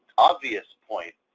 obvious point,